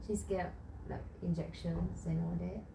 she's scared of like injections and all that